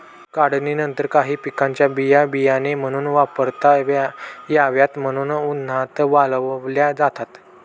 काढणीनंतर काही पिकांच्या बिया बियाणे म्हणून वापरता याव्यात म्हणून उन्हात वाळवल्या जातात